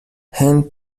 هند